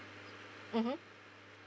mmhmm